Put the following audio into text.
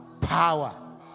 power